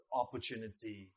opportunity